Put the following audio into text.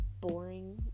boring